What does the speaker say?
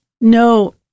no